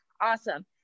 awesome